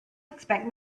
expect